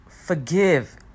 forgive